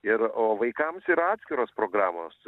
ir o vaikams yra atskiros programos